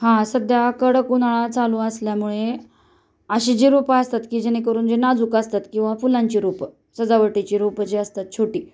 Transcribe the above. हा सध्या कडक उन्हाळा चालू असल्यामुळे अशी जे रोपं असतात की जेणेकरून जे नाजूक असतात किंवा फुलांची रोपं सजावटीची रोपं जे असतात छोटी